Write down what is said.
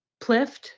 Plift